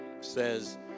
says